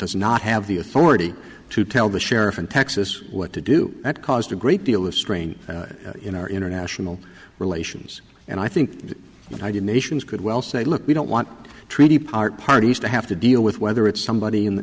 does not have the authority to tell the sheriff in texas what to do that caused a great deal of strain in our international relations and i think when i did nations could well say look we don't want treaty part parties to have to deal with whether it's somebody in